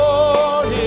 Lord